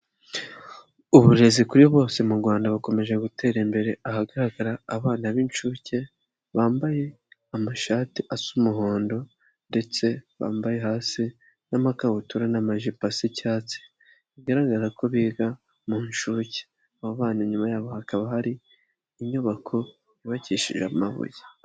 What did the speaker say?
Uburezi kuri bose mu Rwanda bakomeje gutera imbere, ahagaragara abana b'inshuke, bambaye amashati asa umuhondo ndetse bambaye hasi n'amakabutura n'amajipo asa icyatsi. Bigaragara ko biga mu nshuke. Aba bana inyuma yabo hakaba hari inyubako yubakishije amabuye.